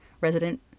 resident